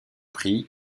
pris